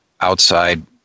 outside